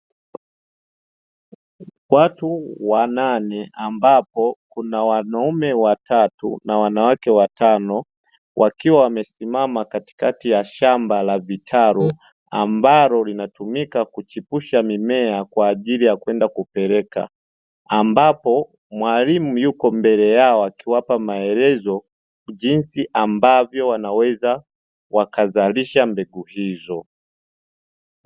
Watu wanane ambapo kuna wanaume watatu na wanawake watano wakiwa wamesimama katikati ya shamba la vitalu, ambalo linatumika kuchipusha mimea kwa ajili ya kwenda kupeleka, ambapo mwalimu yupo mbele yao akiwapa maelezo, jinsi ambavyo wanaweza wakazalisha mbegu hizo.